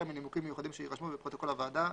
אלא מנימוקים מיוחדים שיירשמו בפרוטוקול הוועדה.